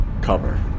cover